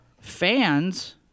fans